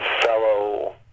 fellow